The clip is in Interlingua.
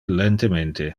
lentemente